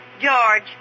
George